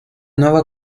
nueva